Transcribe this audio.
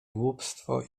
głupstwo